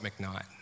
McKnight